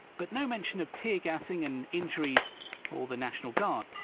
but no mention of tear gassing and injuries or the national guard.